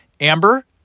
Amber